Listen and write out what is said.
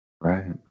Right